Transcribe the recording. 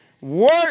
work